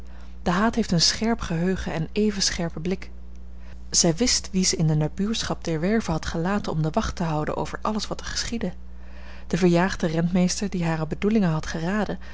de haat heeft een scherp geheugen en even scherpen blik zij wist wie zij in de nabuurschap der werve had gelaten om de wacht te houden over alles wat er geschiedde de verjaagde rentmeester die hare bedoelingen had geraden